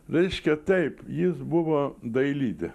reiškia taip jis buvo dailidė